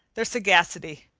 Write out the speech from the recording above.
their sagacity.